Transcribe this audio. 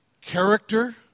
character